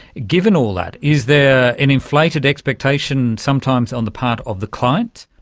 given all that, is there an inflated expectation sometimes on the part of the client?